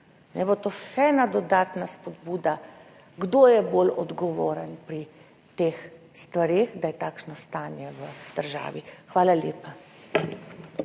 Naj bo to še ena dodatna spodbuda, kdo je bolj odgovoren pri teh stvareh, da je takšno stanje v državi. Hvala lepa.